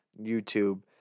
YouTube